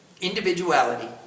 Individuality